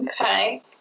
Okay